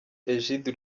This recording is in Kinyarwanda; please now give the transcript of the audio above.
egide